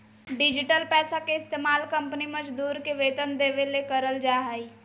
digital पैसा के इस्तमाल कंपनी मजदूर के वेतन देबे ले करल जा हइ